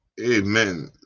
Amen